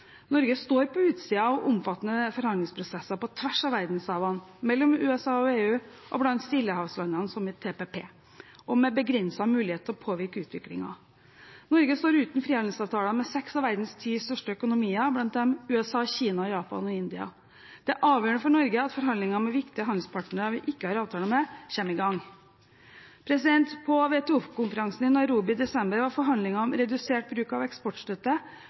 Norge står på utsiden av omfattende forhandlingsprosesser på tvers av verdenshavene, mellom USA og EU, og blant stillehavslandene som i TPP, og med begrenset mulighet til å påvirke utviklingen. Norge står uten frihandelsavtale med seks av verdens ti største økonomier, blant dem USA, Kina, Japan og India. Det er avgjørende for Norge at forhandlinger med viktige handelspartnere vi ikke har avtale med, kommer i gang. På WTO-konferansen i Nairobi i desember var forhandlinger om redusert bruk av eksportstøtte